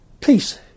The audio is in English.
peace